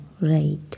Right